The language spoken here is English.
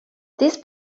this